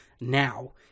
now